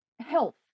health